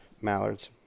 Mallards